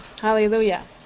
hallelujah